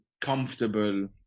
comfortable